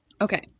Okay